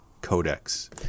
codex